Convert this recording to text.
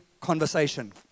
conversation